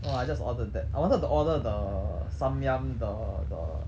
no I just ordered that I wanted to order the samyang the the